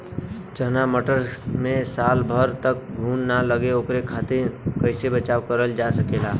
चना मटर मे साल भर तक घून ना लगे ओकरे खातीर कइसे बचाव करल जा सकेला?